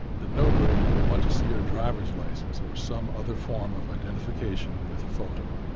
the notary will want to see your driver's license or some other form of identification with a photo.